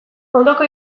ondoko